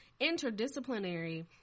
interdisciplinary